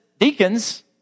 deacons